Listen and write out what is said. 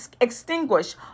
extinguish